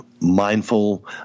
mindful